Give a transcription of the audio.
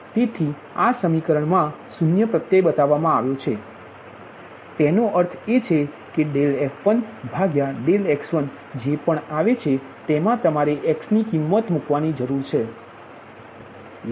તેથી જ આ સમીકરણ મા પ્રત્યય બતાવવામાં આવ્યો છે તેનો અર્થ એ છે કે f1x1 જે પણ આવે છે તેમા તમારે x ની કિંમત મૂકવાની છે